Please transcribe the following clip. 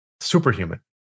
superhuman